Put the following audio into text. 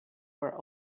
were